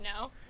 No